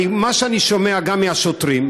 מה שאני שומע גם מהשוטרים,